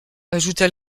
ajouta